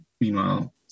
meanwhile